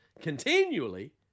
continually